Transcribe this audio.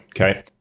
Okay